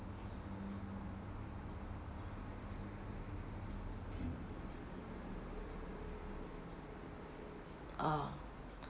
ah